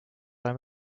ole